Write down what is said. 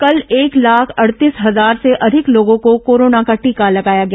कल एक लाख अड़तीस हजार से अधिक लोगों को कोरोना का टीका लगाया गया